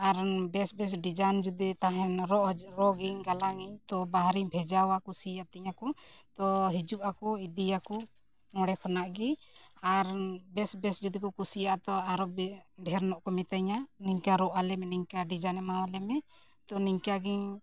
ᱟᱨ ᱵᱮᱥ ᱵᱮᱥ ᱰᱤᱡᱟᱭᱤᱱ ᱡᱩᱫᱤ ᱛᱟᱦᱮᱱ ᱨᱚᱜ ᱨᱚᱜ ᱟᱹᱧ ᱜᱟᱞᱟᱝ ᱟᱹᱧ ᱛᱚ ᱵᱟᱦᱨᱮᱧ ᱵᱷᱮᱡᱟᱣᱟ ᱠᱩᱥᱤᱭᱟᱛᱤᱧᱟᱠᱚ ᱛᱚ ᱦᱤᱡᱩᱜ ᱟᱠᱚ ᱤᱫᱤᱭᱟᱠᱚ ᱱᱚᱰᱮ ᱠᱷᱚᱱᱟᱜ ᱜᱮ ᱟᱨ ᱵᱮᱥ ᱵᱮᱥ ᱡᱩᱫᱤ ᱠᱚ ᱠᱩᱥᱤᱭᱟᱜᱼᱟ ᱛᱚ ᱟᱨᱚ ᱰᱷᱮᱨ ᱧᱚᱜ ᱠᱚ ᱢᱤᱛᱟᱹᱧᱟ ᱱᱤᱝᱠᱟᱹ ᱨᱚᱜ ᱟᱞᱮ ᱢᱮ ᱱᱤᱝᱠᱟᱹ ᱰᱤᱡᱟᱭᱤᱱ ᱮᱢᱟᱣᱟᱞᱮ ᱢᱮ ᱛᱚ ᱱᱤᱝᱠᱟᱹᱜᱤᱧ